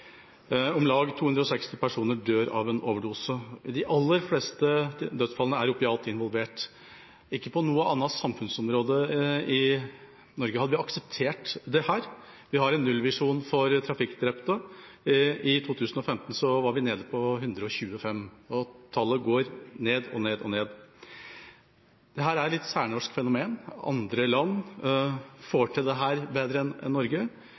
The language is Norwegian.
Om lag 260 personer dør av en overdose. I de aller fleste dødsfallene er opiat involvert. Ikke på noe annet samfunnsområde i Norge hadde vi akseptert dette. Vi har en nullvisjon for trafikkdrepte. I 2015 var antallet nede på 125, og tallet går nedover. Dette er et litt særnorsk fenomen. Andre land får til dette bedre enn Norge.